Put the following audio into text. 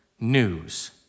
News